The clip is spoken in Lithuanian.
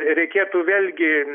reikėtų vėlgi